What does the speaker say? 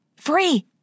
Free